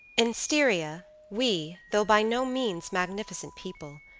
in styria, we, though by no means magnificent people,